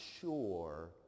sure